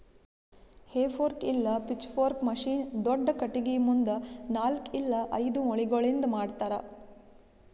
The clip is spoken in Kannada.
ಹೇ ಫೋರ್ಕ್ ಇಲ್ಲ ಪಿಚ್ಫೊರ್ಕ್ ಮಷೀನ್ ದೊಡ್ದ ಖಟಗಿ ಮುಂದ ನಾಲ್ಕ್ ಇಲ್ಲ ಐದು ಮೊಳಿಗಳಿಂದ್ ಮಾಡ್ತರ